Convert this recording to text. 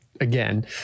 again